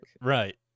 right